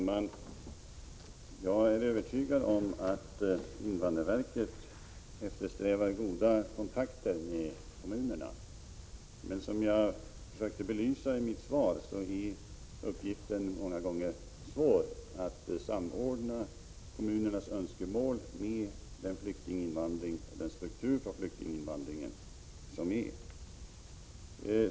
Herr talman! Jag är övertygad om att invandrarverket eftersträvar goda kontakter med kommunerna, men som jag försökte belysa i mitt svar är det ofta svårt att anpassa kommunernas önskemål och flyktinginvandringens struktur till varandra.